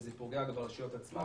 וזה פוגע ברשויות עצמן.